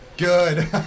Good